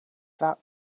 that